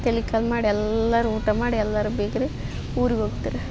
ತಲೆ ಕಾಲು ಮಾಡಿ ಎಲ್ಲರೂ ಊಟ ಮಾಡಿ ಎಲ್ಲರೂ ಬೀಗರು ಊರಿಗೆ ಹೋಗ್ತಾರ